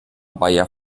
bayer